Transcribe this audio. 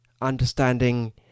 understanding